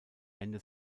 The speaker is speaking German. ende